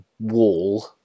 wall